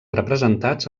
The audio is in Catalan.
representats